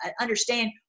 understand